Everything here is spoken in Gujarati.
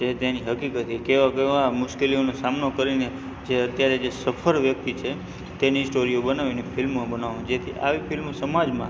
જે તેની હકીકત કેવા કેવા મુશ્કેલીઓનો સામનો કરીને જે અત્યારે જે સફળ વ્યક્તિ છે તેની સ્ટોરીઓ બનાવીને ફિલ્મ બનાવો જેથી આવી ફિલ્મો સમાજમાં